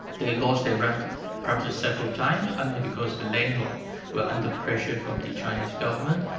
they lost their rented premises several times and because the landlord was under pressure from the chinese government.